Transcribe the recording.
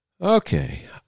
Okay